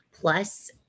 plus